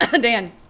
dan